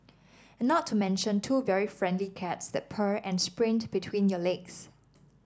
and not to mention two very friendly cats that purr and sprint between your legs